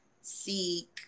seek